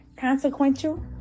Consequential